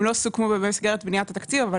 הם לא סוכמו במסגרת בניית התקציב אבל